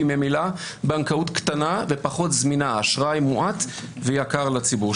והיא ממילא בנקאות קטנה ופחות זמינה אשראי מועט ויקר לציבור.